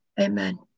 Amen